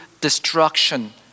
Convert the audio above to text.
destruction